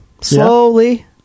Slowly